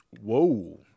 Whoa